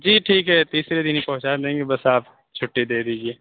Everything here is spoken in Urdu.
جی ٹھیک ہے تیسرے دِن ہی پہنچا دیں گے بس آپ چُھٹی دے دیجیے